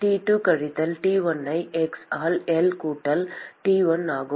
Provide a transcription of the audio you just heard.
T2 கழித்தல் T1 ஐ x ஆல் L கூட்டல் T1 ஆகும்